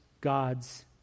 God's